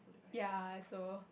ya so